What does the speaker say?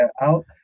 out